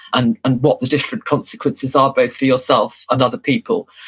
and and what the different consequences are both for yourself and other people.